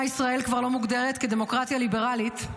ישראל כבר לא מוגדרת כדמוקרטיה ליברלית.